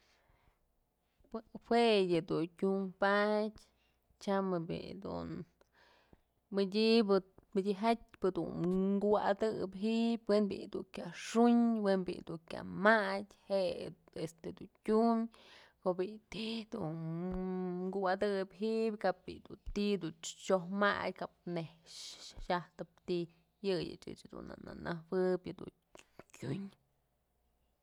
Jue yëdun tyunpadyë tyam bi'i yëdun madyëbë madyëjat pëdun kuwa'atëp ji'ib we'en bi'i dun kya xunyë, we'en bi'i du kya matyë je'e este dun tyum ko'o bi'i ti'i dun kuwa'atëp ji'ib kap bi'i du ti'i chyoj madyë kap nej jyatëp ti'i yëyëch dun na nëjuëb tyun.